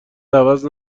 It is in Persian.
عوض